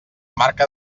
marca